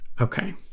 Okay